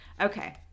Okay